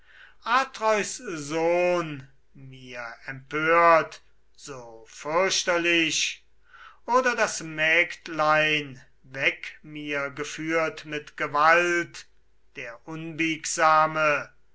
atreus sohn mir empört so fürchterlich oder das mägdlein weg mir geführt mit gewalt der